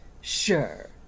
Sure